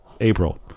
April